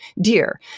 dear